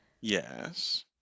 Yes